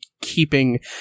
keeping